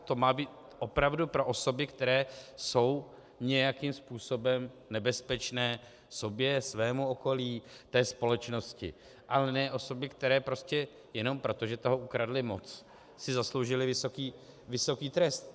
To má být opravdu pro osoby, které jsou nějakým způsobem nebezpečné sobě, svému okolí, společnosti, ale ne osoby, které prostě jenom proto, že toho ukradly moc, si zasloužily vysoký trest.